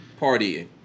Partying